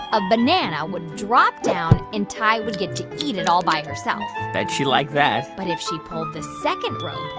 a banana would drop down, and tai would get to eat it all by herself bet she'd like that but if she pulled the second rope,